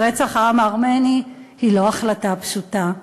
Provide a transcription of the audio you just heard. ברצח העם הארמני היא לא החלטה פשוטה.